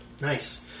Nice